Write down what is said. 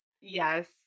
yes